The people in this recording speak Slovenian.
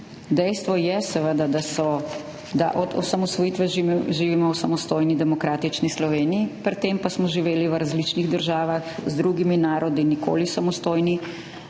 Dejstvo je, seveda, da od osamosvojitve živimo v samostojni demokratični Sloveniji, pred tem pa smo živeli v različnih državah z drugimi narodi, nikoli samostojni,